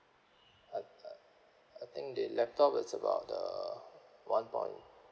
I I I think the laptop was about the one point